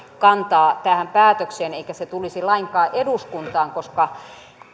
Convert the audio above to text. kantaa tähän päätökseen eikä se tulisi lainkaan eduskuntaan koska